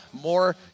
more